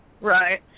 Right